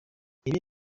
ibi